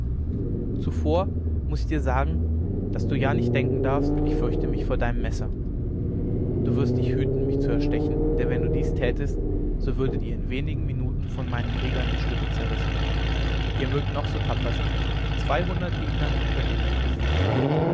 zuvor muß ich dir sagen daß du ja nicht denken darfst ich fürchte mich vor deinem messer du wirst dich hüten mich zu erstechen denn wenn du dies tätest so würdet ihr in wenigen minuten von meinen kriegern in stücke zerrissen ihr mögt noch so tapfer sein zweihundert gegner könnt ihr nicht besiegen